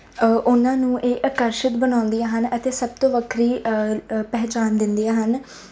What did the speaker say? ਉਹਨਾਂ ਨੂੰ ਇਹ ਆਕਰਸ਼ਿਤ ਬਣਾਉਂਦੀਆਂ ਹਨ ਅਤੇ ਸਭ ਤੋਂ ਵੱਖਰੀ ਪਹਿਚਾਣ ਦਿੰਦੀਆਂ ਹਨ